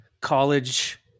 college